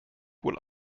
wohl